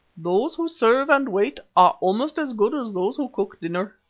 those who serve and wait are almost as good as those who cook dinner.